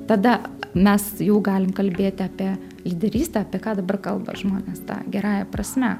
tada mes jau galim kalbėti apie lyderystę apie ką dabar kalba žmonės ta gerąja prasme